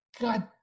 God